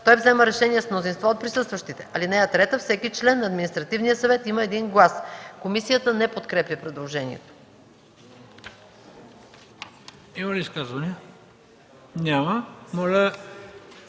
Той взема решения с мнозинство от присъстващите. (3) Всеки член на Административния съвет има един глас.” Комисията не подкрепя предложението.